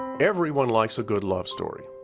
everyone likes a good love story.